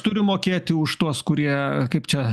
turiu mokėti už tuos kurie kaip čia